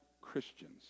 Christians